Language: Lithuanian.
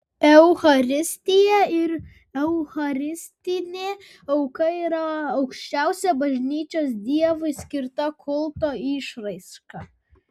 eucharistija ir eucharistinė auka yra aukščiausia bažnyčios dievui skirta kulto išraiška